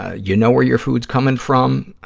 you know where your food is coming from.